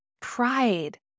pride